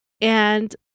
and-